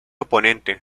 oponente